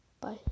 Bye